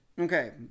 Okay